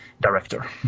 director